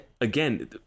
again